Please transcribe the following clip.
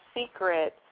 secret